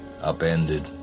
Upended